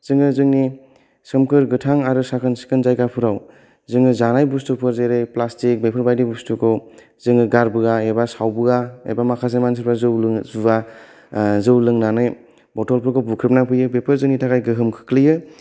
जोङो जोंनि सोमखोर गोथां आरो साखोन सिखोन जायगाफोराव जोङो जानाय बुस्तुफोर जेरै प्लास्टिक बेफोरबायदि बुस्तुखौ जोङो गारबोआ एबा सावबोआ एबा माखासे मानसिफ्रा जौ लोङो जुवा जौ लोंनानै बथलफोरखौ बुख्रेबना फैयो बेफोर जोंनि थाखाय गोहोम खोख्लैयो